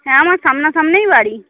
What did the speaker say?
হ্যাঁ আমার সামনে সামনেই বাড়ি